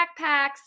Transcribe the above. backpacks